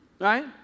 Right